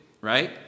right